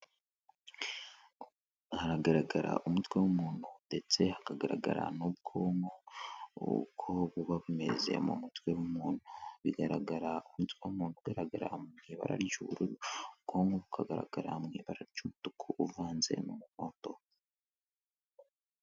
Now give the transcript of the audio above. Haragaragara umutwe w'umuntu ndetse hakagaragara n'ubwonko uko buba bumeze mu mutwe w'umuntu, bigaragara umutwe w'umuntu ugaragara mu ibara ry'ubururu, ubwoko bukagaragara mu ibara ry'umutuku uvanze n'umuhondo.